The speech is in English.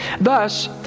Thus